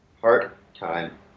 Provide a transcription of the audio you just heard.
Part-time